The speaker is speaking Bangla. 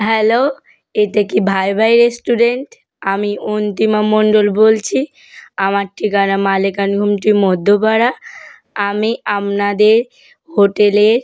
হ্যালো এটা কি ভাই ভাই রেস্টুরেন্ট আমি অন্তিমা মন্ডল বলছি আমার ঠিকানা মালেকান ঘুমটি মধ্যপাড়া আমি আপনাদের হোটেলে